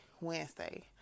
Wednesday